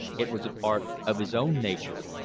it was a part of his own nature.